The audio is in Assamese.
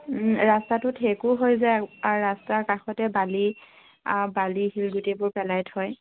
ৰাস্তাটো ঠেকো হৈ যায় আৰু ৰাস্তাৰ কাষতে বালি আ বালি শিলগুটিবোৰ পেলাই থয়